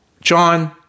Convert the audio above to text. John